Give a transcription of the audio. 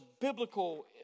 biblical